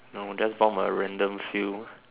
no that's not a random few